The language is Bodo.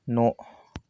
न'